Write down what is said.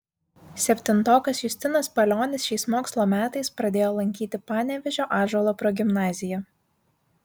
septintokas justinas palionis šiais mokslo metais pradėjo lankyti panevėžio ąžuolo progimnaziją